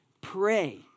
pray